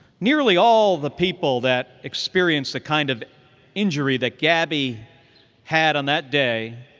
nearly all the people that experience the kind of injury that gabby had on that day,